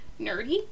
nerdy